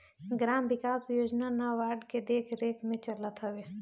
gram विकास योजना NABARD के देखरेख में चलत हवे